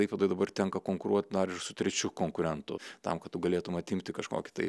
klaipėdoj dabar tenka konkuruot dar ir su trečiu konkurentu tam kad tu galėtum atimti kažkokį tai